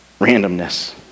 randomness